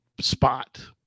spot